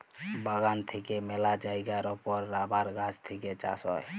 বাগান থেক্যে মেলা জায়গার ওপর রাবার গাছ থেক্যে চাষ হ্যয়